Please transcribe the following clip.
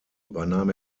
übernahm